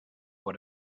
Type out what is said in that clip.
what